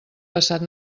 passat